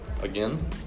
again